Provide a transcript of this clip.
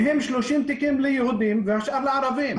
מהם 60 תיקים ליהודים והשאר לערבים.